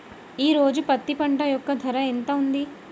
ఈ రోజు పత్తి పంట యొక్క ధర ఎంత ఉంది?